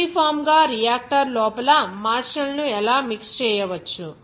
uniform గా reactor లోపల మార్షల్ ను ఎలా మిక్స్ చేయవచ్చు